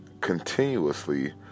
continuously